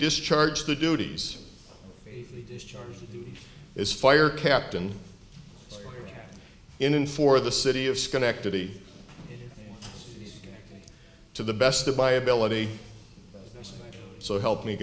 discharge the duties is fire captain in and for the city of schenectady to the best of my ability so help me